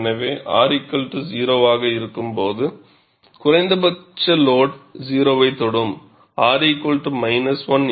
எனவே R 0 ஆக இருக்கும்போது குறைந்தபட்ச லோடு 0 ஐ தொடும்